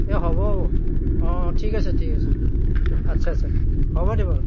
এই হ'ব অঁ ঠিক আছে ঠিক আছে আচ্ছা আচ্ছা হ'ব দে বাৰু